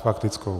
Faktickou?